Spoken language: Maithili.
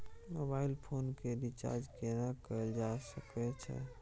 मोबाइल फोन के रिचार्ज केना कैल जा सकै छै?